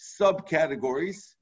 subcategories